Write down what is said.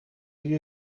die